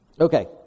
Okay